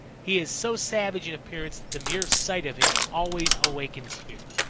he is so savage in appearance that the mere sight of him always awakens fear.